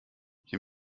hier